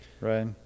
right